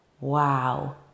wow